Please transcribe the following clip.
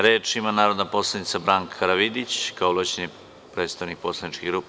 Reč ima narodna poslanika Branka Karavidić, kao ovlašćeni predstavnik poslaničke grupe.